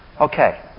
Okay